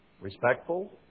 respectful